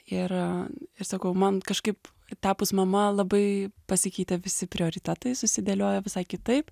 ir ir sakau man kažkaip tapus mama labai pasikeitė visi prioritetai susidėliojo visai kitaip